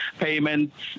payments